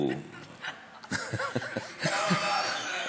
תודה רבה.